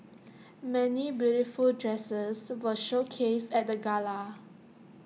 many beautiful dresses were showcased at the gala